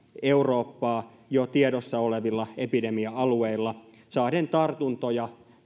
eurooppaa jo tiedossa olevilla epidemia alueilla saaden tartuntoja